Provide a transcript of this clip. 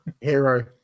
Hero